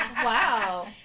Wow